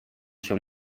się